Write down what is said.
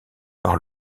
par